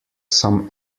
some